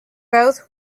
both